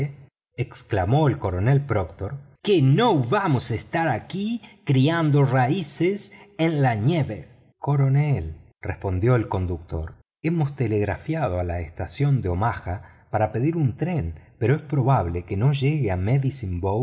exclamó el coronel proctor que no vamos a estar aquí criando raíces en la nieve coronel respondió el conductor hemos telegrafiado a la estación de omaha para pedir un tren pero es probable que no llegue a medicine